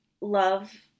love